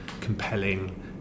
compelling